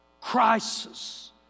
Crisis